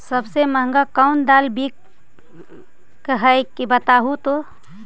सबसे महंगा कोन दाल बिक है बताहु तो?